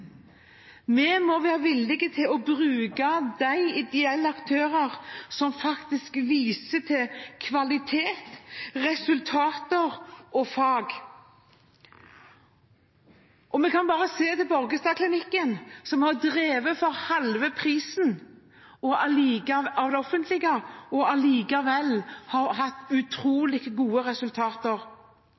Vi må være villige til å bruke de ideelle aktørene som faktisk viser til kvalitet, resultater og fag. Vi kan bare se til Borgestadklinikken, som har drevet for halv pris av det offentlige og allikevel har hatt utrolig gode resultater.